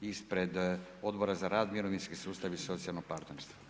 Ispred Odbora za rad, mirovinski sustav i socijalno partnerstvo.